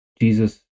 Jesus